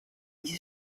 gli